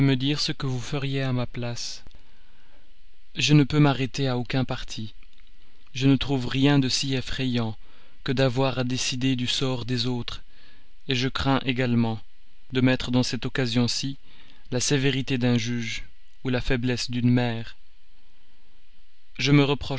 ce que vous feriez à ma place je ne peux m'arrêter à aucun parti je ne trouve rien de si effrayant que d'avoir à décider du sort des autres je crains également de mettre dans cette occasion ci la sévérité d'un juge ou la faiblesse d'une mère je me reproche